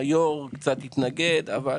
היו"ר קצת התנגד, אבל